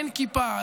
אין כיפה,